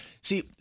see